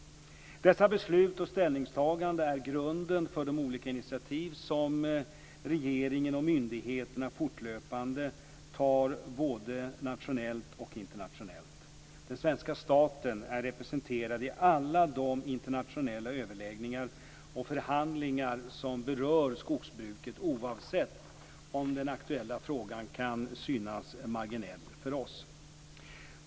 Dessa beslut och ställningstaganden är grunden för de olika initiativ som regeringen och myndigheterna fortlöpande tar både nationellt och internationellt. Den svenska staten är representerad i alla de internationella överläggningar och förhandlingar som berör skogsbruket oavsett om den aktuella frågan kan synas marginell för oss.